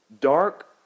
dark